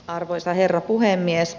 arvoisa herra puhemies